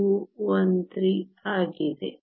0213 ಆಗಿದೆ